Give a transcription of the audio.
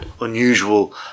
unusual